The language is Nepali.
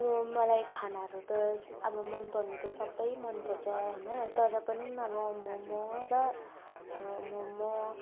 अब मलाई खानाहरू त अब मन पर्नु त सबै मन पर्छ होइन तर पनि अब मोमो र अब मोमो